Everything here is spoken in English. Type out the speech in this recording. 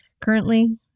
Currently